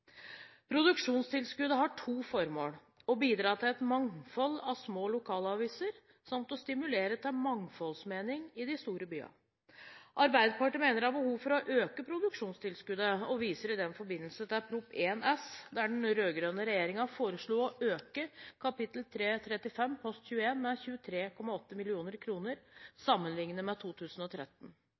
Produksjonstilskuddet har to formål: å bidra til et mangfold av små lokalaviser, samt stimulere til meningsmangfold i de store byene. Arbeiderpartiet mener det er behov for å øke produksjonstilskuddet, og viser i den forbindelse til Prop. 1 S for 2013–2014, der den rød-grønne regjeringen foreslo å øke kapittel 335 post 21 med 23,8 mill. kr sammenlignet med